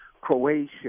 croatia